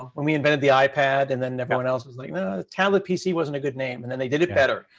ah when we invented the ipad and then everyone else was like, nah. the tablet pc wasn't a good name. and then they did it better.